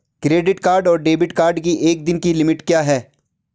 Credit card और debit card की एक दिन की लिमिट क्या है?